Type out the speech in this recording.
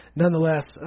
nonetheless